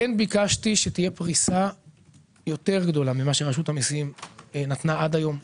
כן ביקשתי שתהיה פריסה יותר גדולה ממה שרשות המיסים נתנה עד היום.